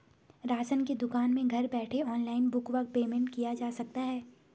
Ration की दुकान में घर बैठे ऑनलाइन बुक व पेमेंट किया जा सकता है?